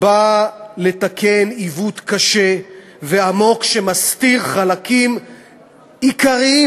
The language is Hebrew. באה לתקן עיוות קשה ועמוק שמסתיר חלקים עיקריים